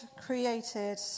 created